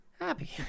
Happy